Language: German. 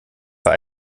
bei